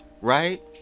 right